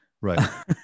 Right